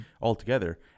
altogether